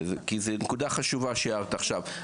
כי זה נקודה חשובה שהערת עכשיו.